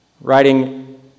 writing